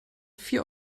vier